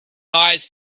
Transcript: eyes